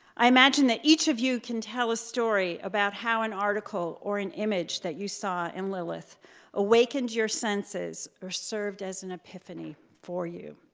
i imagine that each of you can tell a story about how an article or an image that you saw in lilith awakened your senses or served as an epiphany for you.